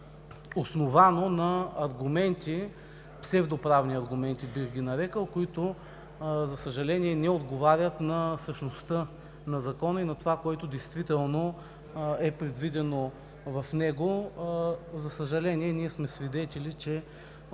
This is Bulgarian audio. основано на аргументи, псевдоправни аргументи бих ги нарекъл, които, за съжаление, не отговарят на същността на Закона и на това, което действително е предвидено в него. За съжаление, ние сме свидетели, че